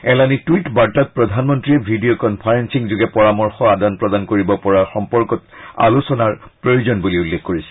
এলানি টুইট বাৰ্তাত প্ৰধানমন্ত্ৰীয়ে ভিডিঅ কনফাৰেলিং যোগে পৰামৰ্শ আদান প্ৰদান কৰিব পৰা সম্পৰ্কত আলোচনাৰ প্ৰয়োজন বুলি উল্লেখ কৰিছে